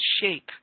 shape